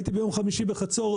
הייתי ביום חמישי בחצור,